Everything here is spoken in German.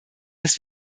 dass